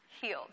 healed